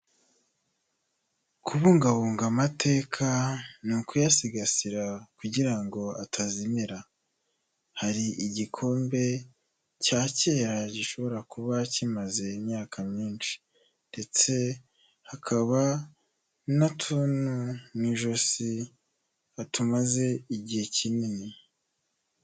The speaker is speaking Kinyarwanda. Kubungabunga amateka ni ukuyasigasira kugira ngo atazimira, hari igikombe cya kera gishobora kuba kimaze imyaka myinshi ndetse hakaba n'utuntu mu ijosi tumaze igihe kinini.